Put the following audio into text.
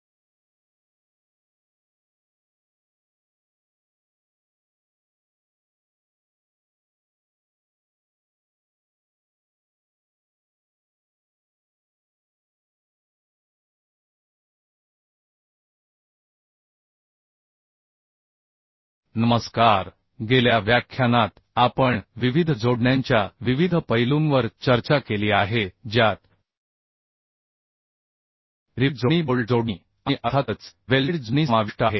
नमस्कार गेल्या व्याख्यानात आपण विविध जोडण्यांच्या विविध पैलूंवर चर्चा केली आहे ज्यात रिवेट जोडणी बोल्ट जोडणी आणि अर्थातच वेल्डेड जोडणीसमाविष्ट आहे